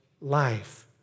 life